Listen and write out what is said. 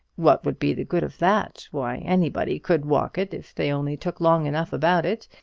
what would be the good of that? why, anybody could walk it if they only took long enough about it.